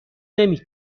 نمی